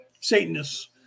Satanists